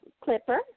Clipper